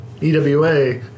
EWA